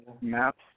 maps